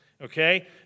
Okay